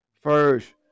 First